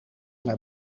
naar